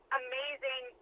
amazing